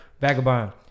vagabond